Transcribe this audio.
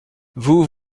vous